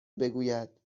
بگوید